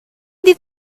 mynd